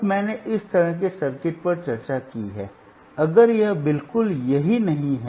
अब मैंने इस तरह के सर्किट पर चर्चा की है अगर यह बिल्कुल यही नहीं है